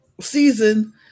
season